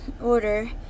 order